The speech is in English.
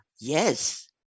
yes